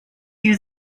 you